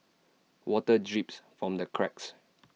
water drips from the cracks